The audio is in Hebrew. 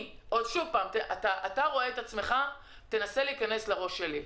שוב, אתה רואה את עצמך, אבל תנסה להיכנס לראש שלי.